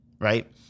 right